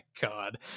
god